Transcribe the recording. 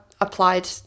applied